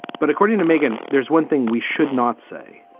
but according to megan, there's one thing we should not say,